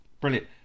Brilliant